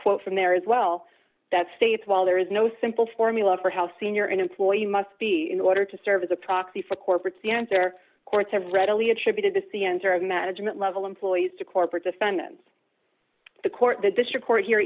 quote from there as well that states while there is no simple formula for how senior an employee must be in order to serve as a proxy for corporates the answer courts have readily attributed the c s r of management level employees to corporate defendants the court the district court here